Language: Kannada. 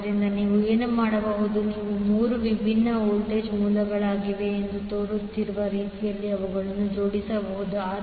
ಆದ್ದರಿಂದ ನೀವು ಏನು ಮಾಡಬಹುದು ನೀವು 3 ವಿಭಿನ್ನ ವೋಲ್ಟೇಜ್ ಮೂಲಗಳಿವೆ ಎಂದು ತೋರುತ್ತಿರುವ ರೀತಿಯಲ್ಲಿ ಅವುಗಳನ್ನು ಜೋಡಿಸಬಹುದು